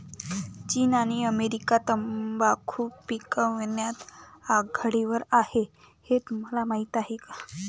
चीन आणि अमेरिका तंबाखू पिकवण्यात आघाडीवर आहेत हे तुम्हाला माहीत आहे